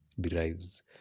derives